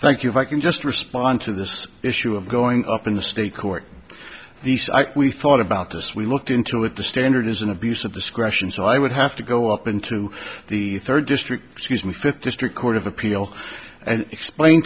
thank you viking just respond to this issue of going up in the state court we thought about this we looked into it the standard is an abuse of discretion so i would have to go up into the third district scuse me fifth district court of appeal and explain